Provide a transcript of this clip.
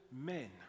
men